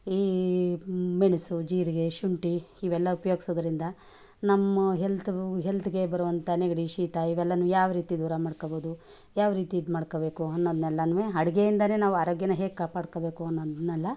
ಈ ಮೆಣಸು ಜೀರಿಗೆ ಶುಂಠಿ ಇವೆಲ್ಲ ಉಪ್ಯೋಗ್ಸೋದ್ರಿಂದ ನಮ್ಮ ಹೆಲ್ತು ಹೆಲ್ತಿಗೆ ಬರುವಂಥ ನೆಗಡಿ ಶೀತ ಇವೆಲ್ಲನು ಯಾವ ರೀತಿ ದೂರ ಮಾಡ್ಕಬೋದು ಯಾವ ರೀತಿ ಇದ್ಮಾಡ್ಕಬೇಕು ಅನ್ನೋದ್ನೆಲ್ಲನು ಅಡುಗೆಯಿಂದನೇ ನಾವು ಆರೋಗ್ಯನ ಹೇಗೆ ಕಾಪಾಡ್ಕೋಬೇಕು ಅನ್ನೋದನ್ನೆಲ್ಲ